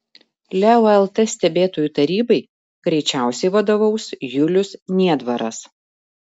leo lt stebėtojų tarybai greičiausiai vadovaus julius niedvaras